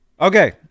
Okay